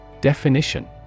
Definition